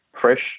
fresh